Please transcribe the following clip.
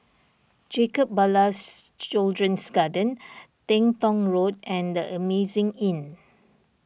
Jacob Ballas Children's Garden Teng Tong Road and the Amazing Inn